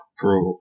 bro